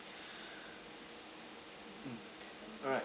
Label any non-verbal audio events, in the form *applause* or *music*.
*breath* mm alright